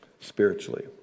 spiritually